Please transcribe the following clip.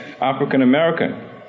African-American